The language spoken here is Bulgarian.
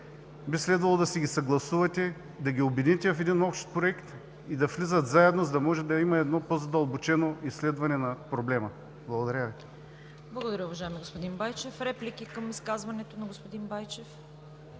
Би следвало да си ги съгласувате, да ги обедините в един общ проект и да влизат заедно, за да може да има по-задълбочено изследване на проблема. Благодаря Ви. ПРЕДСЕДАТЕЛ ЦВЕТА КАРАЯНЧЕВА: Благодаря, уважаеми господин Байчев. Реплики към изказването на господин Байчев?